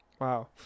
wow